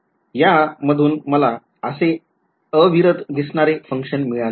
तर यामधून मला असे अविरत दिसणारे function मिळाले